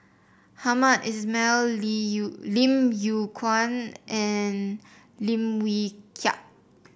Hamed Ismail Yew Lim Yew Kuan and Lim Wee Kiak